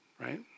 right